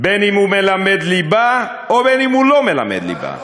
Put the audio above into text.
בין שהוא מלמד ליבה ובין שהוא לא מלמד ליבה.